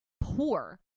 poor